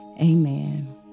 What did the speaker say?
Amen